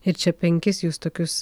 ir čia penkis jūs tokius